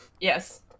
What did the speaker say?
yes